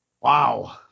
Wow